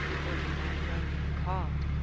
were he not romeo call'd,